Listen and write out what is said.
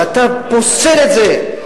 ואתה פוסל את זה,